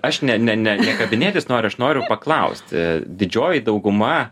aš ne ne ne kabinėtis noriu aš noriu paklausti didžioji dauguma